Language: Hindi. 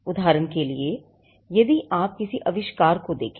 उदाहरण के लिए यदि आप किसी आविष्कार को देखें